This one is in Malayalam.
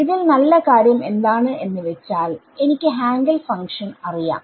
ഇതിൽ നല്ല കാര്യം എന്താണ് എന്ന് വെച്ചാൽ എനിക്ക് ഹാങ്കെൽ ഫങ്ക്ഷൻ അറിയാം